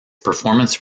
performance